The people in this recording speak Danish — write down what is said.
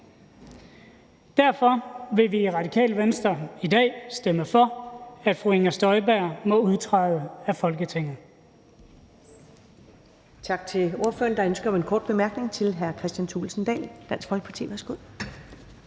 Derfor vil vi i Radikale Venstre i dag stemme for, at fru Inger Støjberg må udtræde af Folketinget.